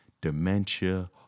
dementia